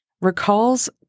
recalls